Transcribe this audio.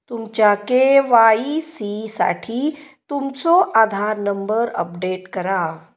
तुमच्या के.वाई.सी साठी तुमचो आधार नंबर अपडेट करा